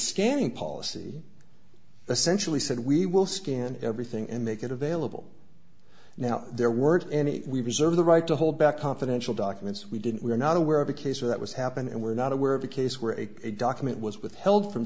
scanning policy essentially said we will scan everything and make it available now there weren't any we reserve the right to hold back confidential documents we didn't we're not aware of a case of that was happen and we're not aware of a case where a document was withheld from